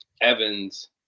Evans